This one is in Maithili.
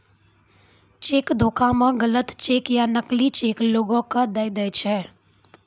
चेक धोखा मे गलत चेक या नकली चेक लोगो के दय दै छै